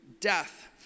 death